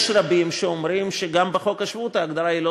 יש רבים שאומרים שגם בחוק השבות ההגדרה היא לא